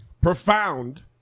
Profound